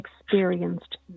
experienced